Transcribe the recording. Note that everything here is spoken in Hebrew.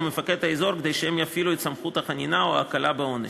אל מפקד האזור כדי שהם יפעילו את סמכות החנינה או ההקלה בעונש.